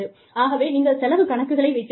ஆகவே நீங்கள் செலவு கணக்குகளை வைத்திருக்கலாம்